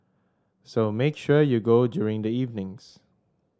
so make sure you go during the evenings